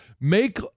Make